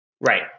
Right